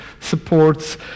supports